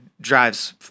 drives